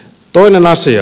toinen asia